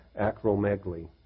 acromegaly